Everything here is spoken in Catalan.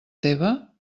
teva